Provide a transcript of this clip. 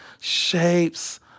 shapes